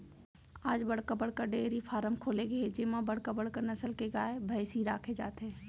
आज बड़का बड़का डेयरी फारम खोले गे हे जेमा बड़का बड़का नसल के गाय, भइसी राखे जाथे